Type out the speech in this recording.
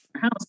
house